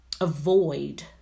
avoid